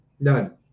none